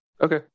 Okay